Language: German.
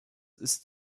ist